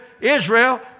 Israel